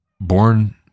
born